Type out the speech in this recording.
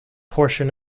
portion